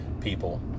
people